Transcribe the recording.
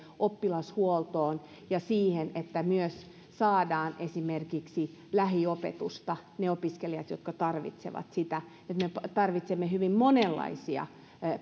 oppilashuoltoon ja siihen että myös saadaan esimerkiksi lähiopetusta niille opiskelijoille jotka tarvitsevat sitä me tarvitsemme hyvin monenlaisia